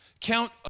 count